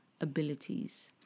abilities